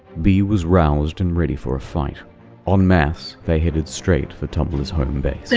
b was roused and ready for a fight on mass, they headed straight for tumblr's homebase. so